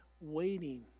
waiting